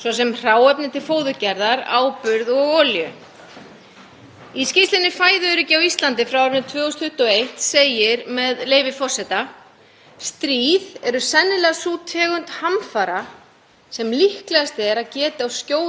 „Stríð eru sennilega sú tegund „hamfara” sem líklegast er að geti á skjótan hátt stöðvað innflutning á fóðri.“ Í sömu skýrslu er farið yfir hvaða afleiðingar fóðurskortur hefur í för með sér hér á landi.